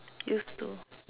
used to